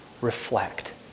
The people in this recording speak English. reflect